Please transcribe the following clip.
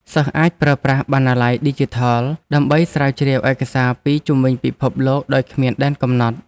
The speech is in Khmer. សិស្សអាចប្រើប្រាស់បណ្ណាល័យឌីជីថលដើម្បីស្រាវជ្រាវឯកសារពីជុំវិញពិភពលោកដោយគ្មានដែនកំណត់។